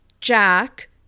Jack